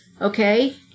Okay